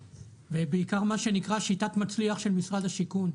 ובעיקר מה שנקרא שיטת מצליח של משרד השיכון,